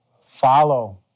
Follow